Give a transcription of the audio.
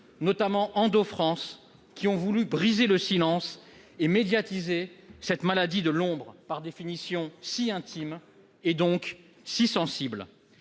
notamment EndoFrance, qui ont voulu briser le silence et médiatiser cette maladie de l'ombre, par définition, si intime, et donc, si sensible.